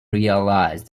realize